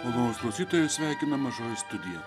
malonūs klausytojai jus sveikina mažoji studija